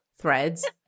Threads